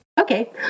Okay